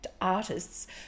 artists